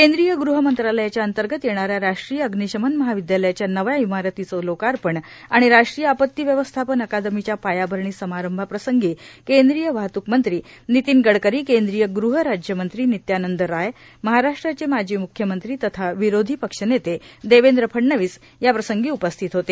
केंद्रीय गृह मंत्रालयाच्या अंतर्गत येणाऱ्या राष्ट्रीय अग्निशमन महाविद्यालयाच्या नव्या इमारतीचं लोकार्पण आणि राष्ट्रीय आपती व्यवस्थापन अकादमीच्या पायाभरणी समारंआप्रसंगी केंद्रीय वाहतूक मंत्री नितीन गडकरी केंद्रीय गृहराज्यमंत्री नित्यानंद राय महाराष्ट्राचे माजी मुख्यमंत्री तथा विरोधी पक्षनेते देवेंद्र फडणवीस या प्रसंगी उपस्थित होते